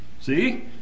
See